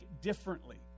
differently